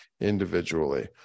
individually